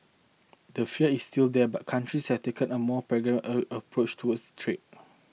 the fear is still there but countries had taken a more pragmatic a approach towards trade